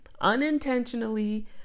unintentionally